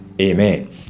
Amen